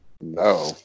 No